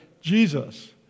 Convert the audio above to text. Jesus